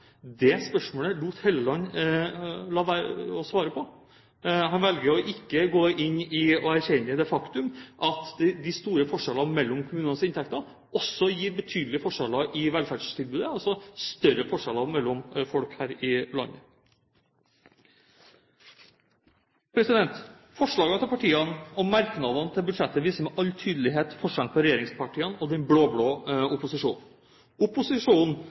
Det spørsmålet lot Helleland være å svare på. Han velger å ikke gå inn og erkjenne det faktum at de store forskjellene mellom kommunenes inntekter også gir betydelige forskjeller i velferdstilbudet, altså større forskjeller mellom folk her i landet. Partienes forslag og merknader til budsjettet viser med all tydelighet forskjellen på regjeringspartiene og den blå-blå opposisjonen. Opposisjonen